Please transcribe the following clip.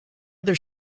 their